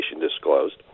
disclosed